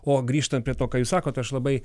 o grįžtant prie to ką jūs sakot aš labai